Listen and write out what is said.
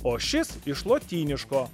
o šis iš lotyniško